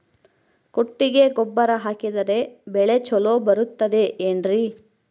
ಕೊಟ್ಟಿಗೆ ಗೊಬ್ಬರ ಹಾಕಿದರೆ ಬೆಳೆ ಚೊಲೊ ಬರುತ್ತದೆ ಏನ್ರಿ?